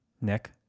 Nick